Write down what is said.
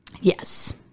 Yes